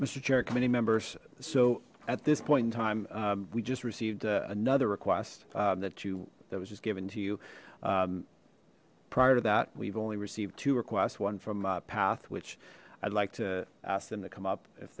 mister cherrick many members so at this point in time we just received another request that you that was just given to you prior to that we've only received two request one from path which i'd like to ask them to come up if